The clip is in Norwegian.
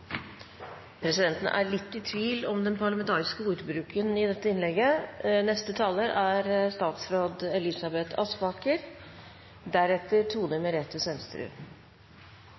Presidenten er litt i tvil om den parlamentariske ordbruken i dette innlegget. Sjømatnæringens verdiskapingspotensial er